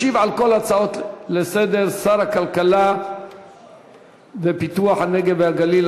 ישיב על כל ההצעות לסדר-היום שר הכלכלה ופיתוח הנגב והגליל,